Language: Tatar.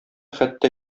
хәтта